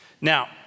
Now